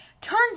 turns